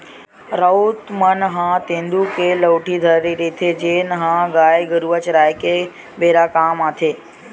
राउत मन ह तेंदू के लउठी धरे रहिथे, जेन ह गाय गरुवा चराए के बेरा काम म आथे